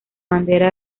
bandera